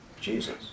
Jesus